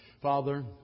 Father